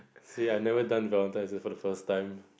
see I've never done valentines' for the first time